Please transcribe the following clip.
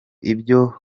ibyo